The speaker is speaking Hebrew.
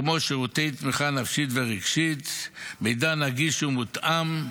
כמו שירותי תמיכה נפשית ורגשית, מידע נגיש ומותאם,